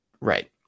Right